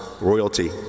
royalty